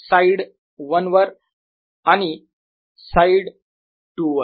E side 1 वर E side 2 वर